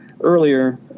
earlier